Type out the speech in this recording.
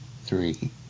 three